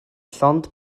llond